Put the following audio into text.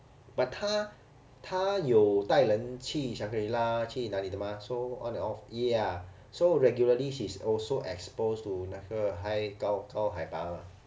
but 他他有带人去 shangri-la 去哪里的嘛 so on and off ya so regularly she's also exposed to 那个 high 高高海拔